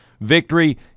victory